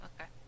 Okay